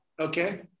okay